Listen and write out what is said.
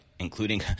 including